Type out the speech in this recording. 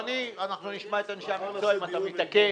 אנחנו נשמע את אנשי המקצוע, אם אתה מתעקש,